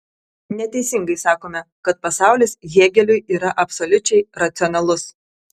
neteisingai sakome kad pasaulis hėgeliui yra absoliučiai racionalus